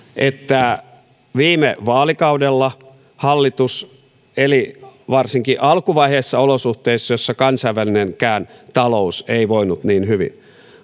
että viime vaalikaudella hallitus eli varsinkin alkuvaiheessa olosuhteissa joissa kansainvälinenkään talous ei voinut niin hyvin